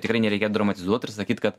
tikrai nereikia dramatizuot ir sakyt kad